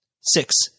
Six